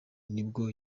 nibwo